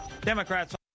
Democrats